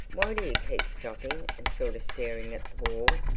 why do you keep stopping and sort of staring at the wall?